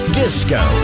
disco